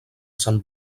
sant